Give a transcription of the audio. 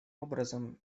образом